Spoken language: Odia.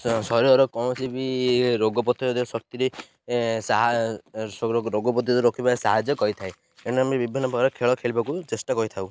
ଶରୀରର କୌଣସି ବି ରୋଗ ପ୍ରତିରୋଧକ ଶକ୍ତିରେ ରୋଗ ପ୍ରତିରୋଧକ ରଖିବା ସାହାଯ୍ୟ କରିଥାଏ ଏେଣୁ ଆମେ ବିଭିନ୍ନ ପ୍ରକାର ଖେଳ ଖେଳିବାକୁ ଚେଷ୍ଟା କରିଥାଉ